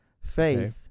Faith